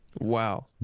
Wow